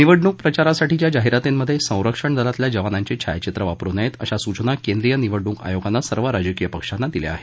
निवडणूक प्रचारासाठीच्या जाहिरातींमध्ये संरक्षण दलातल्या जवानांची छायाचित्रं वापरू नयेत अशा सूचना केंद्रीय निवडणूक आयोगाने सर्व राजकीय पक्षांना दिल्या आहेत